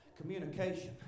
communication